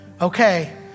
Okay